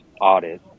audit